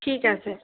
ঠিক আছে